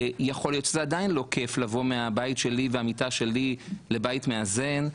יכול להיות שזה עדיין לא כיף לבוא מהבית שלי ומהמיטה שלי לבית מאזן,